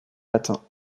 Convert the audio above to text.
latin